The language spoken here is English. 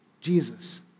Jesus